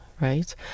right